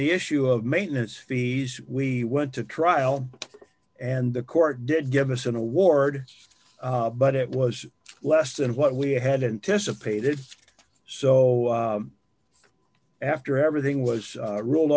the issue of maintenance fees we went to trial and the court did give us an award but it was less than what we had anticipated so after everything was ruled